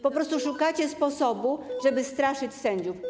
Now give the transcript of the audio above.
Po prostu szukacie sposobu, żeby straszyć sędziów.